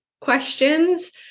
questions